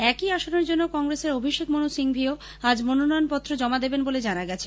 একই আসনের জন্য কংগ্রেসের অভিষেক মন্ সিংভি ও আজ মনোনয়ন পত্র জমা দেবেন বলে জানা গেছে